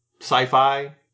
sci-fi